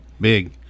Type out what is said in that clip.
Big